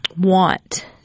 want